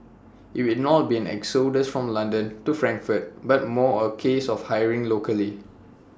IT will not be an exodus from London to Frankfurt but more A case of hiring locally